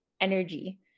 energy